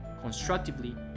constructively